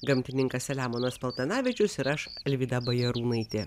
gamtininkas selemonas paltanavičius ir aš alvyda bajarūnaitė